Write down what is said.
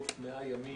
בחלוף 100 ימים